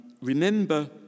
remember